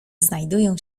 znajdują